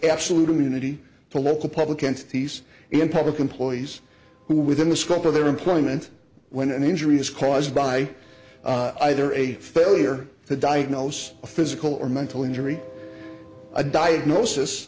absolute immunity to local public entities in public employees who are within the scope of their employment when an injury is caused by either a failure to diagnose a physical or mental injury a diagnosis